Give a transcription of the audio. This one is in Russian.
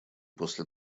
после